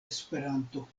esperanto